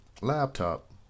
laptop